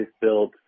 built